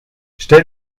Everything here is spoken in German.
stell